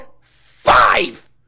Five